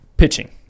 pitching